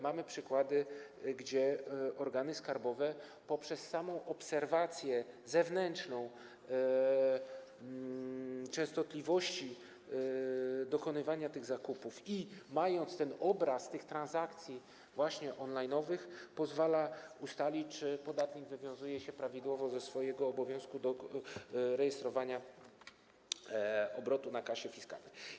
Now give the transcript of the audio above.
Mamy przykłady, że organy skarbowe, poprzez samą obserwację zewnętrzną częstotliwości dokonywania tych zakupów, mając obraz transakcji właśnie on-line, mogą ustalić, czy podatnik wywiązuje się prawidłowo ze swojego obowiązku rejestrowania obrotu na kasie fiskalnej.